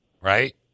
right